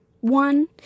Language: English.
one